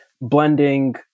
blending